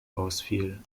ausfiel